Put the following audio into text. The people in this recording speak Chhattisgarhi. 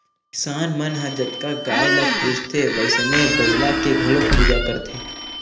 किसान मन ह जतका गाय ल पूजथे वइसने बइला के घलोक पूजा करथे